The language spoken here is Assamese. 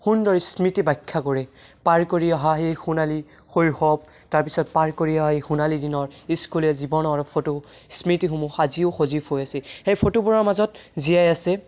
সুন্দৰ স্মৃতি বাাখ্যা কৰে পাৰ কৰি অহা সেই সোণালী শৈশৱ তাৰপিছত পাৰ কৰি অহা সেই সোণালী দিনৰ স্কুলীয়া জীৱনৰ ফটো স্মৃতিসমূহ আজিও সজীৱ হৈ আছে সেই ফটোবোৰৰ মাজত জীয়াই আছে